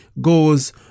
goes